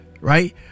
right